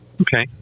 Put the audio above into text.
Okay